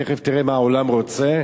תיכף תראה מה העולם רוצה,